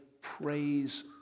praise